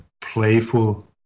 playful